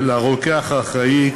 לרוקח האחראי,